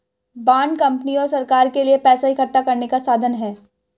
bond company और सरकार के लिए पैसा इकठ्ठा करने का साधन है